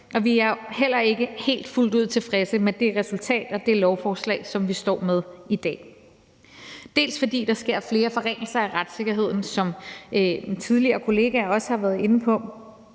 vi er heller ikke helt fuldt ud tilfredse med det resultat og det lovforslag, som vi står med i dag, fordi der sker flere forringelser af retssikkerheden, som en tidligere kollega også har været inde på,